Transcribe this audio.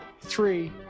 three